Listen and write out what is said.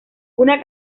una